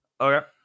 okay